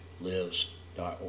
lives.org